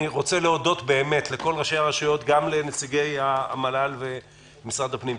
אני רוצה להודות באמת לכל ראשי הרשויות וגם לנציגי המל"ל ומשרד הפנים.